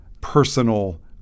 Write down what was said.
Personal